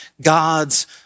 God's